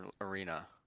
Arena